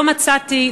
לא מצאתי,